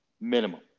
minimum